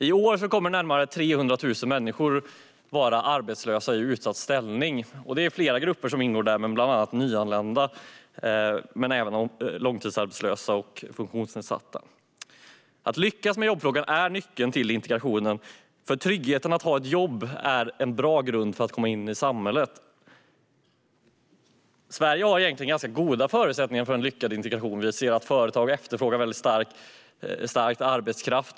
I år kommer närmare 300 000 människor att vara arbetslösa och i en utsatt ställning. I detta ingår flera grupper, bland annat nyanlända, långtidsarbetslösa och funktionsnedsatta. Att lyckas med jobbfrågan är nyckeln till integrationen. Tryggheten i att ha ett jobb är en bra grund för att komma in i samhället. Sverige har egentligen ganska goda förutsättningar för en lyckad integration. Vi ser att företag väldigt starkt efterfrågar arbetskraft.